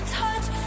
touch